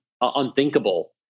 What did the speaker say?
unthinkable